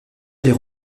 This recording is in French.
aller